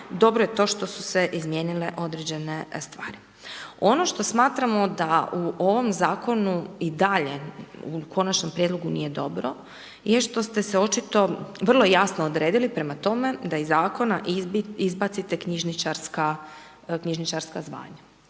dobro je to što su se izmijenile određene stvari. Ono što smatramo da u ovom zakonu i dalje, u konačnom prijedlogu nije dobro, jest što te se očito vrlo jasno odredili prema tome da iz zakona izbacite knjižničarska zvanja.